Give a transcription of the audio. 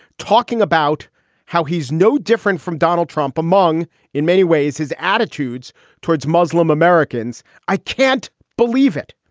talking about how he's no different from donald trump among in many ways, his attitudes towards muslim-americans. i can't believe it.